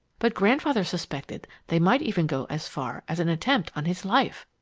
but grandfather suspected they might even go as far as an attempt on his life.